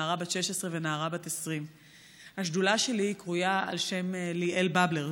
נערה בת 16 ונערה בת 20. השדולה שלי קרויה על שם ליאל בבלר,